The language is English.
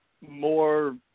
more